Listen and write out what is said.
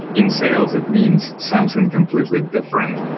in sales, it means something completely different.